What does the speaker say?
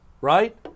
right